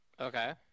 Okay